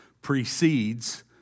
precedes